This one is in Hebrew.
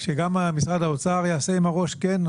שגם המשרד יעשה עם הראש כן,